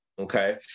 Okay